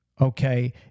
okay